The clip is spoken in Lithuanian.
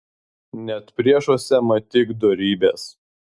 net priešuose matyk dorybes